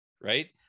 right